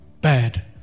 bad